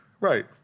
Right